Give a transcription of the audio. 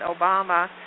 Obama